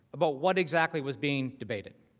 but what exactly was being debated.